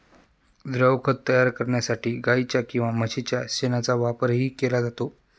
द्रवखत तयार करण्यासाठी गाईच्या किंवा म्हशीच्या शेणाचा वापरही केला जातो